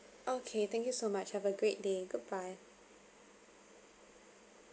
okay thank you so much have a great day goodbye